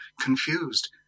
confused